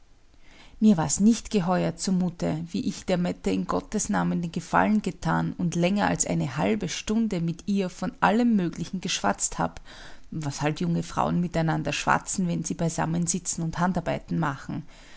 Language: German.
mir war's nicht geheuer zumute wie ich der mette in gottes namen den gefallen getan und länger als eine halbe stunde mit ihr von allem möglichen geschwatzt hab was halt junge frauen miteinander schwatzen wenn sie beisammen sitzen und handarbeiten machen